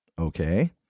Okay